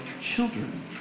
children